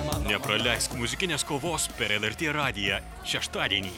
nepraleisk muzikinės kovos per lrt radiją šeštadienį